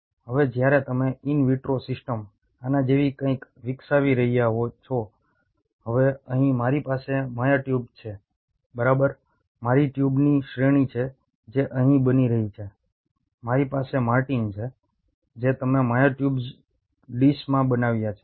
હવે જ્યારે તમે ઈન વિટ્રો સિસ્ટમ આના જેવી કંઈક વિકસાવી રહ્યા છો હવે અહીં મારી પાસે મ્યોટ્યુબ છે બરાબર મારી ટ્યુબની શ્રેણી છે જે અહીં બની રહી છે મારી પાસે માર્ટીન છે જે તમે માયોટ્યુબ્સ ડીશમાં બનાવ્યા છે